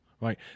right